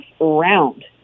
round